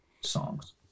songs